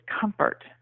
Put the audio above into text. comfort